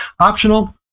optional